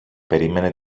περίμενε